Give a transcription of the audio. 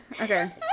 okay